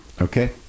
Okay